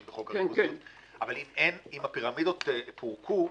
בחוק הריכוזיות אבל אם הפירמידות פורקו,